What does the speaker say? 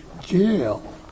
jail